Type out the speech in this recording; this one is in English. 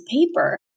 paper